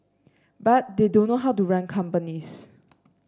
but they don't know how to run companies